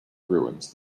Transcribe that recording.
ruins